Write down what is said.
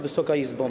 Wysoka Izbo!